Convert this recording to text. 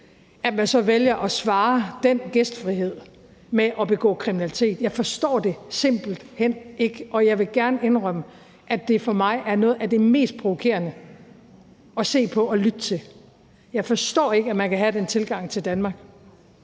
– så vælger at besvare den gæstfrihed med at begå kriminalitet. Jeg forstår det simpelt hen ikke. Og jeg vil gerne indrømme, at det for mig er noget af det mest provokerende at se på og lytte til. Jeg forstår ikke, at man kan have den tilgang til Danmark.